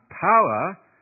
power